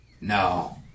No